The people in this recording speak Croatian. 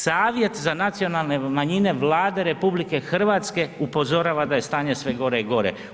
Savjet za nacionalne manjine Vlade RH upozorava da je stanje sve gore i gore.